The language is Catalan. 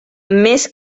més